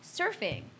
Surfing